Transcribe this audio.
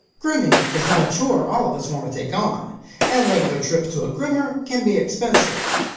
grooming is not a chore all of us want to take on and regular trips to a groomer can be expensive.